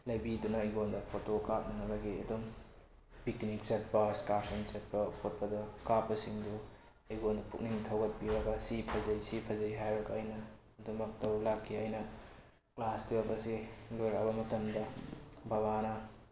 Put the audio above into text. ꯂꯩꯕꯤꯗꯨꯅ ꯑꯩꯉꯣꯟꯗ ꯐꯣꯇꯣ ꯀꯥꯞꯅꯅꯕꯒꯤ ꯑꯗꯨꯝ ꯄꯤꯛꯅꯤꯛ ꯆꯠꯄ ꯑꯦꯛꯁꯀꯥꯔꯁꯟ ꯆꯠꯄ ꯈꯣꯠꯄꯗ ꯀꯥꯞꯄꯁꯤꯡꯗꯨ ꯑꯩꯉꯣꯟꯗ ꯄꯨꯛꯅꯤꯡ ꯊꯧꯒꯠꯄꯤꯕ ꯁꯤ ꯐꯖꯩ ꯁꯤ ꯐꯖꯩ ꯍꯥꯏꯔꯒ ꯑꯩꯅ ꯑꯗꯨꯃꯛ ꯇꯧꯔ ꯂꯥꯛꯈꯤ ꯑꯩꯅ ꯀ꯭ꯂꯥꯁ ꯇ꯭ꯋꯦꯜꯞ ꯑꯁꯤ ꯂꯣꯏꯔꯛꯑꯕ ꯃꯇꯝꯗ ꯕꯕꯥꯅ